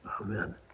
Amen